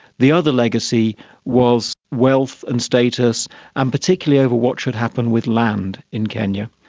the other legacy was wealth and status and particularly over what should happen with land in kenya.